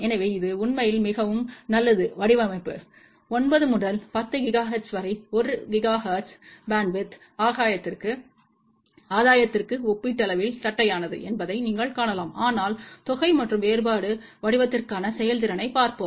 எனவே இது உண்மையில் மிகவும் நல்லது வடிவமைப்பு 9 முதல் 10 ஜிகாஹெர்ட்ஸ் வரை 1 ஜிகாஹெர்ட்ஸ் பேண்ட்வித் ஆதாயத்திற்கு ஒப்பீட்டளவில் தட்டையானது என்பதை நீங்கள் காணலாம் ஆனால் தொகை மற்றும் வேறுபாடு வடிவத்திற்கான செயல்திறனைப் பார்ப்போம்